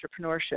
entrepreneurship